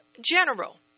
general